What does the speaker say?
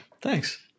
Thanks